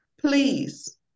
please